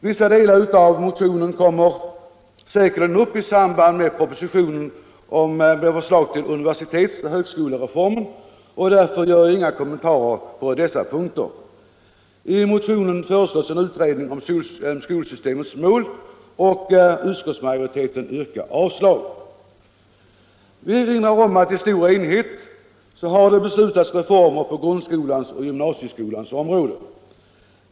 Vissa delar av motionen kommer säkerligen upp i samband med propositionen med förslag till en universitetsoch högskolereform, och därför gör jag inga kommentarer på dessa punkter: I motionen föreslås en utredning om skolsystemets mål, och utskottsmajoriteten avstyrker förslaget. I stor enighet har beslutats reformer på grundskolans och gymnasieskolans områden.